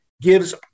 gives